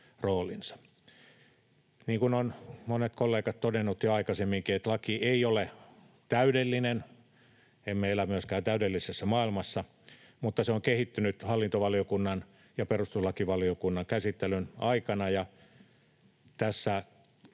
roolinsa. Niin kuin monet kollegat ovat todenneet jo aikaisemminkin, laki ei ole täydellinen — emme elä myöskään täydellisessä maailmassa — mutta se on kehittynyt hallintovaliokunnan ja perustuslakivaliokunnan käsittelyn aikana. Tässä